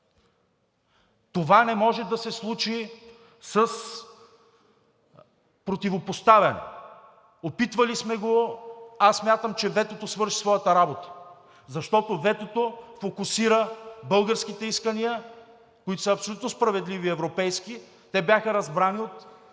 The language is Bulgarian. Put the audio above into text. Това не може да се случи с противопоставяне – опитвали сме го. Аз смятам, че ветото свърши своята работа, защото ветото фокусира българските искания, които са абсолютно справедливи и европейски. Те бяха разбрани от